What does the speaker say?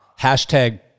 hashtag